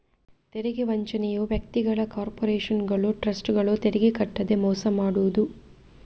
ತೆರಿಗೆ ವಂಚನೆಯು ವ್ಯಕ್ತಿಗಳು, ಕಾರ್ಪೊರೇಷನುಗಳು, ಟ್ರಸ್ಟ್ಗಳು ತೆರಿಗೆ ಕಟ್ಟದೇ ಮೋಸ ಮಾಡುದು